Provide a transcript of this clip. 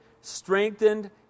strengthened